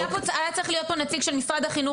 היה צריך להיות פה נציג של משרד החינוך.